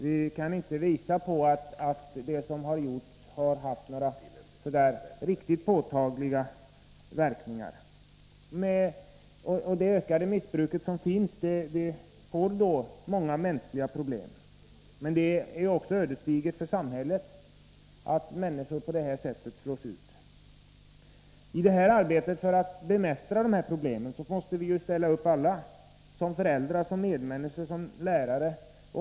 Vi kan inte påvisa att det som gjorts har haft några riktigt påtagliga verkningar. Till följd av det ökade missbruket uppstår många mänskliga problem. Att människor slås ut på det här sättet är också ödesdigert för samhället. I arbetet för att bemästra problemen måste vi alla ställa upp — som föräldrar, som medmänniskor, som lärare.